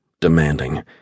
demanding